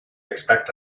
expect